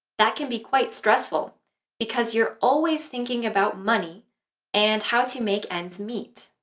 that can be quite stressful because you're always thinking about money and how to make ends meet.